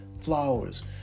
flowers